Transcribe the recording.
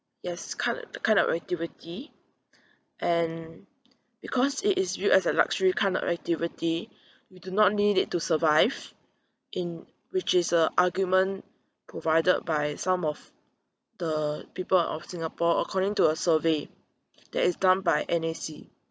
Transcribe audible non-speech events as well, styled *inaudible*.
yes kind of kind of activity and because it is viewed as a luxury kind of activity *breath* you do not need it to survive in which is a argument provided by some of the people of singapore according to a survey that is done by N_A_C